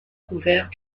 couvert